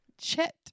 Chet